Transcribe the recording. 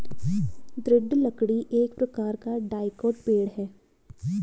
दृढ़ लकड़ी एक प्रकार का डाइकोट पेड़ है